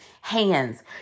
hands